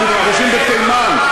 שמתרחשים בתימן,